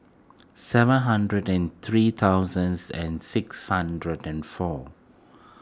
seven hundred and three thousand and six hundred and four